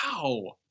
Wow